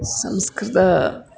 Sanskrit